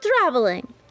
traveling